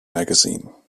magazine